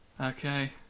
okay